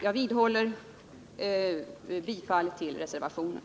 Jag vidhåller mitt yrkande om bifall till reservationen.